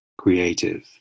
Creative